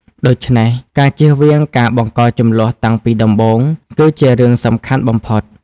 ដូច្នេះ ការជៀសវាងការបង្កជម្លោះតាំងពីដំបូង គឺជារឿងសំខាន់បំផុត។